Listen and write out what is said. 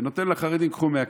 ונותן לחרדים: קחו 100 כיתות.